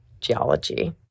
geology